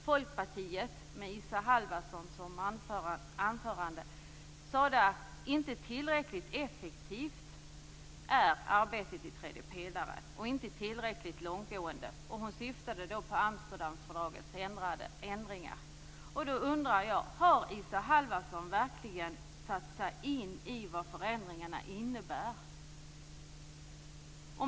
Folkpartiet, med Isa Halvarsson som anförare, sade att arbetet i tredje pelaren inte är tillräckligt effektivt och långtgående. Hon syftade då på Amsterdamfördragets ändringar. Då undrar jag: Har Isa Halvarsson verkligen satt sig in i vad förändringarna innebär?